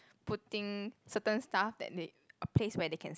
putting certain stuff that they a place where they can